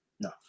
No